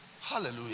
Hallelujah